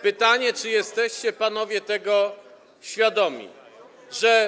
Pytanie, czy jesteście panowie tego świadomi, że.